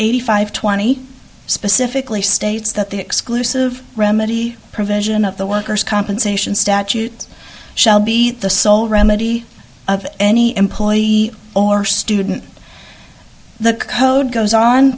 eighty five twenty specifically states that the exclusive remedy provision of the worker's compensation statute shall be the sole remedy of any employee or student the code goes on